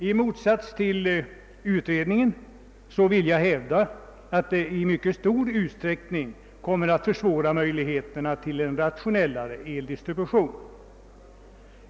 I motsats till utredningen vill jag hävda att det i mycket stor utsträckning kommer att försvåra möjligheterna till en rationell eldistribution.